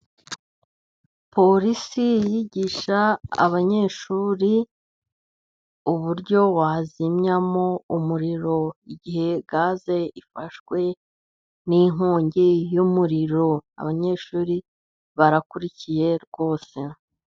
Polisi yigisha abanyeshuri uburyo wazimyamo umuriro, igihe gaze ifashwe n'inkongi y'umuriro, abanyeshuri barakurikiye rwose.